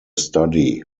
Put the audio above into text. study